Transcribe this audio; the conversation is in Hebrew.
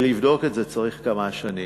כדי לבדוק את זה צריך כמה שנים.